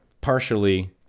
partially